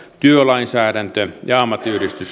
työlainsäädäntö ja